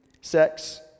sex